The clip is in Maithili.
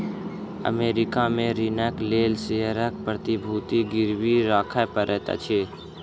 अमेरिका में ऋणक लेल शेयरक प्रतिभूति गिरवी राखय पड़ैत अछि